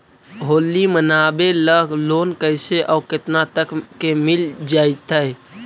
होली मनाबे ल लोन कैसे औ केतना तक के मिल जैतै?